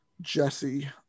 Jesse